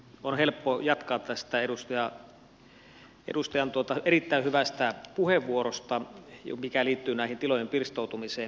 on helppo jatkaa tästä edustajan erittäin hyvästä puheenvuorosta mikä liittyy näiden tilojen pirstoutumiseen